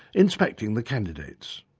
inspecting the candidates.